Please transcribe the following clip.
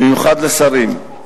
במיוחד לשרים.